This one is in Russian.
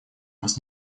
вас